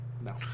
No